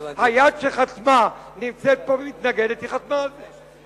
היד שחתמה נמצאת פה ומתנגדת, חתמה על זה.